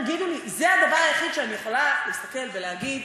תגידו לי: זה הדבר היחיד שאני יכולה להסתכל ולהגיד: